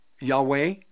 Yahweh